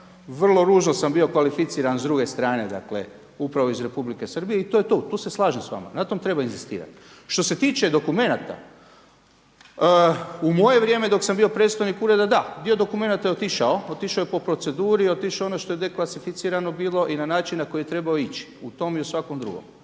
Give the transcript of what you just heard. Vrlo ružno sam bio kvalificiran s druge strane, dakle upravo iz Republike Srbije i to je to, tu se slažem sa vama. Na tom treba inzistirat. Što se tiče dokumenata u moje vrijeme dok sam bio predstojnik ureda da, dio dokumenata je otišao, otišao je po proceduri, otišlo je ono što je dekvalificirano bilo i na način na koji je trebao ići na tom i u svakom drugom.